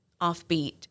offbeat